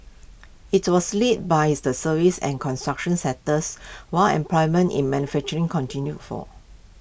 IT was led by the services and construction sectors while employment in manufacturing continued fall